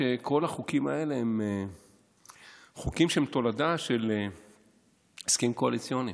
כל החוקים האלה הם תולדה של הסכם קואליציוני.